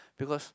because